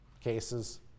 cases